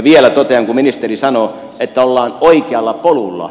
vielä totean kun ministeri sanoi että ollaan oikealla polulla